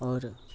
और